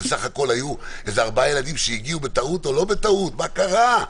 בסך הכול היו ארבעה ילדים שהגיעו בטעות או לא בטעות מה קרה?